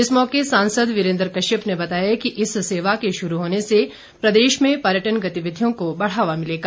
इस मौके सांसद वीरेंद्र कश्यप ने बताया कि इस सेवा के शुरू होने से प्रदेश में पर्यटन गतिविधियों को बढ़ावा मिलेगा